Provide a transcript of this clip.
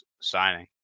signing